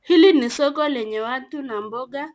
Hili ni soko lenye watu na mboga.